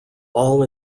all